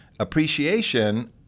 appreciation